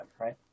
right